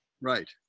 right